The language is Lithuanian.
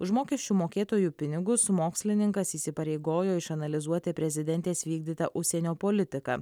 už mokesčių mokėtojų pinigus mokslininkas įsipareigojo išanalizuoti prezidentės vykdytą užsienio politiką